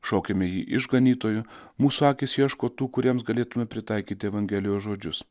šaukiame jį išganytoju mūsų akys ieško tų kuriems galėtume pritaikyti evangelijos žodžius